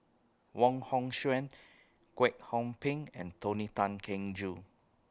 Wong Hong Suen Kwek Hong Png and Tony Tan Keng Joo